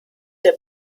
der